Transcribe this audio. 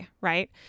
right